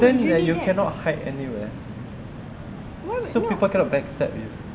then like you cannot hide anywhere so people cannot back stab you